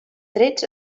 trets